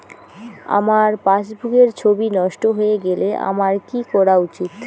আমার পাসবুকের ছবি নষ্ট হয়ে গেলে আমার কী করা উচিৎ?